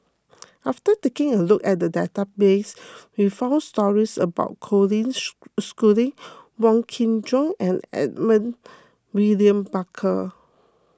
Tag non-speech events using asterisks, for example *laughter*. after taking a look at the database we found stories about Colin *unintelligible* Schooling Wong Kin Jong and Edmund William Barker